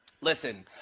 Listen